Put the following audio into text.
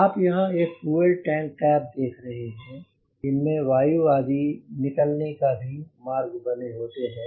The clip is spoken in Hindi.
आप यहाँ एक फ्यूल टैंक कैप देख रहे हैं इनमें वायु आदि निकलने का मार्ग भी बने होते हैं